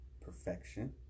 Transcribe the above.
Perfection